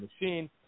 machine